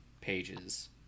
pages